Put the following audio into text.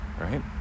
right